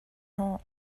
hnawh